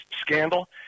scandal